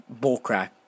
bullcrap